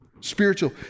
Spiritual